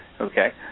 Okay